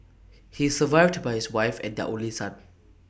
he is survived by his wife and their only son